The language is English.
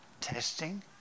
Testing